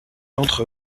d’entre